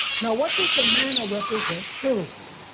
now what does the manna represent spiritually?